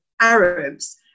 Arabs